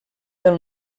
del